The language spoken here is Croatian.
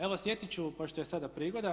Evo sjetit ću, pošto je sada prigoda.